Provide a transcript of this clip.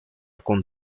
con